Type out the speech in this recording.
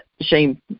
shame